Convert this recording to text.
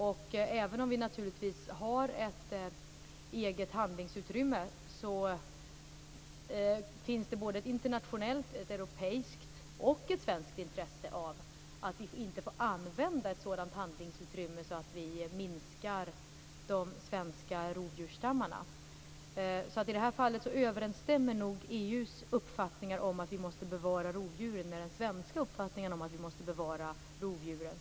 Så även om vi naturligtvis har ett eget handlingsutrymme finns det både ett internationellt, ett europeiskt och ett svenskt intresse av att vi inte får använda ett sådant handlingsutrymme så att vi minskar de svenska rovdjursstammarna. I det här fallet överensstämmer nog EU:s uppfattningar om att vi måste bevara rovdjuren med den svenska uppfattningen om att vi måste bevara rovdjuren.